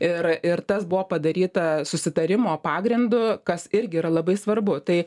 ir ir tas buvo padaryta susitarimo pagrindu kas irgi yra labai svarbu tai